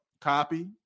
copy